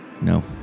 No